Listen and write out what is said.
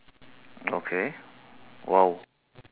okay !wow!